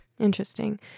Interesting